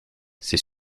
c’est